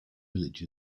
village